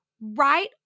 right